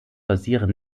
basieren